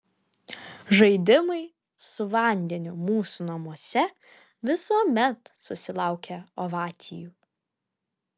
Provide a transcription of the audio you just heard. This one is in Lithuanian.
žaidimai su vandeniu mūsų namuose visuomet susilaukia ovacijų